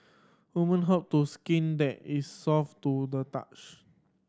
women hope to skin that is soft to the touch